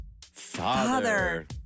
Father